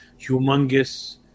humongous